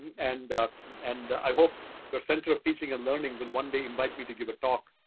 and and i hope the center of teaching and learning will one day invite me to give a talk,